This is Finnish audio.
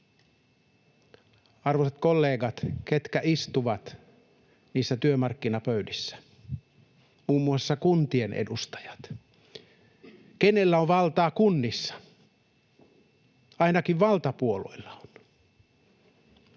Arvoisat kollegat, ketkä istuvat niissä työmarkkinapöydissä? Muun muassa kuntien edustajat. Kenellä on valtaa kunnissa? Ainakin valtapuolueilla on.